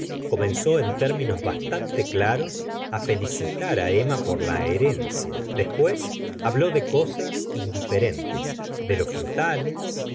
comenzó en términos bastante claros á felicitar á emma por la herencia después habló de cosas indifer entes de los frutales